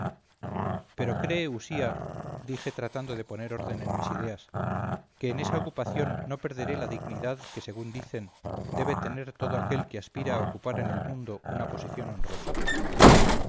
pero cree usía dije tratando de poner orden en mis ideas que en esa ocupación no perderé la dignidad que según dicen debe tener todo aquel que aspira a ocupar en el mundo una posición honrosa